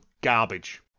garbage